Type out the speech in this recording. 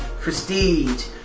Prestige